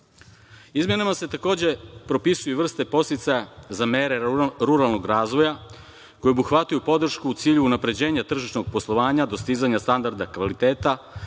januara. Izmenama se takođe propisuju i vrste podsticaja za mere ruralnog razvoja, koje obuhvataju podršku u cilju unapređenja tržišnog poslovanja, dostizanja standarda kvaliteta,